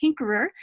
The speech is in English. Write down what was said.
tinkerer